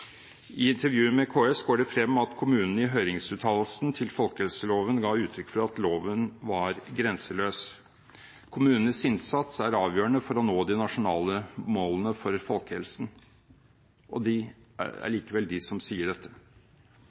med KS går det fram at kommunene i høringsuttalelsene til folkehelseloven ga uttrykk for at loven var «grenseløs».» Kommunenes innsats er avgjørende for å nå de nasjonale målene for folkehelsen, og det er likevel de som sier dette.